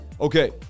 okay